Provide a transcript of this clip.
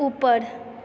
ऊपर